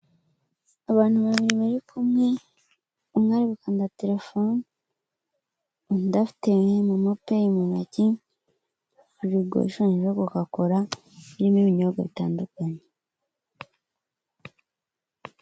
Abantu babiri bari kumwe, umwe ari gukanda terefone, undi afite momo peyi mu ntoki, firigo ishushanyijeho koka kora irimo ibinyobwa bitandukanye.